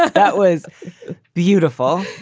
that was beautiful.